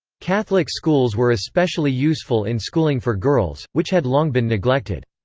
catholic schools were especially useful in schooling for girls, which had long been neglected.